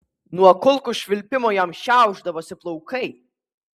nuo kulkų švilpimo jam šiaušdavosi plaukai